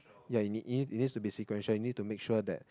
ya you need it need it needs to be sequential you need to make sure that